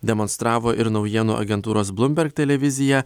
demonstravo ir naujienų agentūros blumberg televizija